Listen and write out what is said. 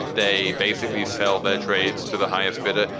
they basically sell their trades to the highest bidder.